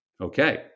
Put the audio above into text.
okay